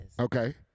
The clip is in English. Okay